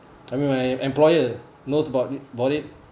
I mean my employer knows about about it